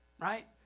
right